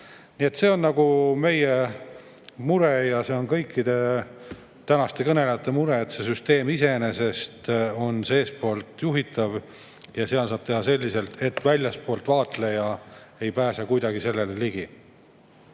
see on meie mure ja see on kõikide tänaste kõnelejate mure, et see süsteem iseenesest on seestpoolt juhitav ja saab teha selliselt, et väljastpoolt vaatleja ei pääse kuidagi sellele ligi.